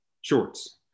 shorts